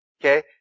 Okay